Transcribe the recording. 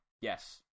yes